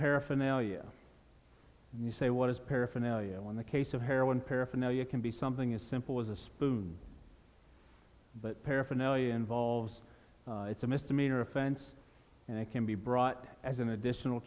paraphernalia you say what is paraphernalia in the case of heroin paraphernalia can be something as simple as a spoon but paraphernalia involved it's a misdemeanor offense and it can be brought as an additional